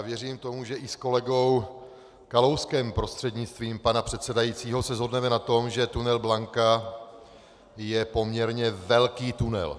Věřím tomu, že i s kolegou Kalouskem prostřednictvím pana předsedajícího se shodneme na tom, že tunel Blanka je poměrně velký tunel.